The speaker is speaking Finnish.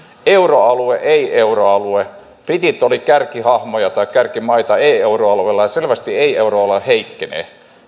euroalue ei euroalue britit olivat kärkihahmoja tai kärkimaita ei euroalueella ja selvästi ei euroalue heikkenee